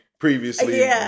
Previously